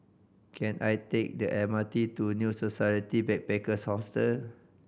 can I take the M R T to New Society Backpackers' Hotel